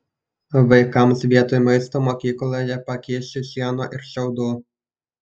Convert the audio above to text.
vaikams vietoj maisto mokykloje pakiši šieno ir šiaudų